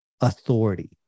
authority